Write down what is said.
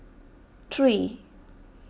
three